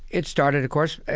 it started, of course,